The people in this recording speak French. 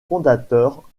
fondateur